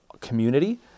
community